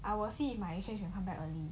I will see if my exchange can come back early